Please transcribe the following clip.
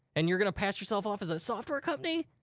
and you're gonna pass yourself off as a software company?